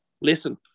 listen